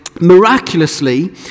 Miraculously